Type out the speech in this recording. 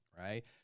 right